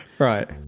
Right